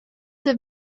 have